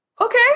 okay